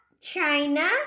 China